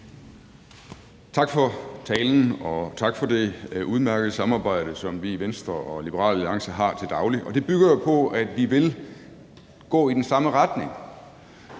Tak for talen, og tak for det udmærkede samarbejde, som vi i Venstre og Liberal Alliance har til daglig. Det bygger jo på, at vi vil gå i den samme retning.